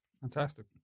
Fantastic